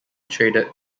traded